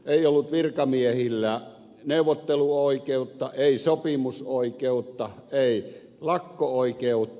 ei ollut virkamiehillä neuvotteluoikeutta ei sopimusoikeutta ei lakko oikeutta